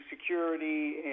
security